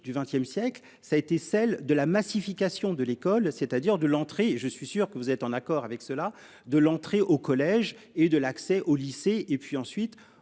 du XXe siècle, ça a été celle de la massification de l'école, c'est-à-dire de l'entrée. Je suis sûr que vous êtes en accord avec cela. De l'entrée au collège et de l'accès au lycée et puis ensuite